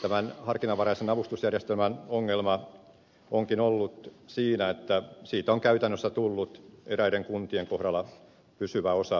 tämän harkinnanvaraisen avustusjärjestelmän ongelma onkin ollut siinä että siitä on käytännössä tullut eräiden kuntien kohdalla pysyvä osa rahoitusta